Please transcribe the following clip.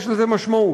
יש לזה משמעות,